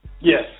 Yes